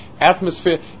atmosphere